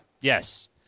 Yes